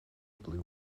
blue